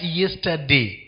yesterday